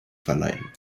verleihen